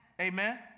Amen